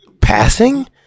Passing